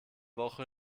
woche